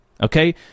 okay